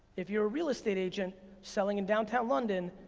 if you're a real estate agent selling in downtown london,